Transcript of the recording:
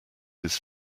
his